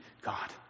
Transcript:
God